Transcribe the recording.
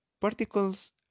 Particles